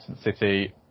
city